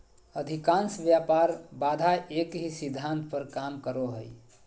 अधिकांश व्यापार बाधा एक ही सिद्धांत पर काम करो हइ